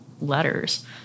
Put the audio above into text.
letters